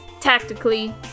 Tactically